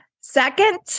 Second